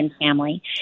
family